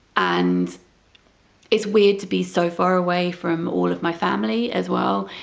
and it's weird to be so far away from all of my family, as well,